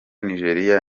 nigeria